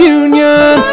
union